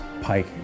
Pike